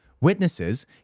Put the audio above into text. Witnesses